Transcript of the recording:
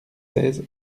seize